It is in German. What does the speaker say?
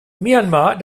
myanmar